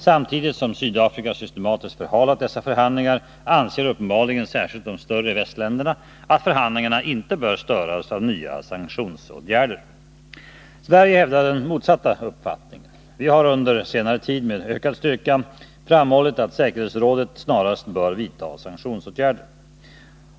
Samtidigt som Sydafrika systematiskt förhalat dessa förhandlingar anser uppenbarligen särskilt de större västländerna att förhandlingarna inte bör störas av nya sanktionsåtgärder. Sverige hävdar motsatt uppfattning. Vi har under senare tid med ökad styrka framhållit att säkerhetsrådet snarast bör vidta sanktionsåtgärder.